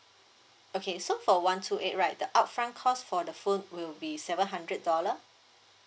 okay so for one two eight right the upfront cost for the phone will be seven hundred dollar